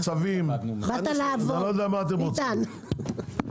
באת לעבוד, ורואים את זה.